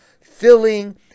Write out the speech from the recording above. filling